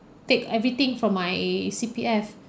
take everything from my C_P_F